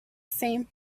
same